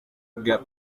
gap